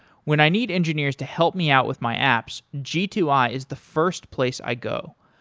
when i need engineers to help me out with my apps, g two i is the first place i go,